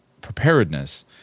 preparedness